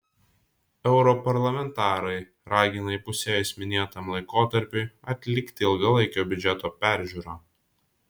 europarlamentarai ragina įpusėjus minėtam laikotarpiui atlikti ilgalaikio biudžeto peržiūrą